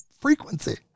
frequency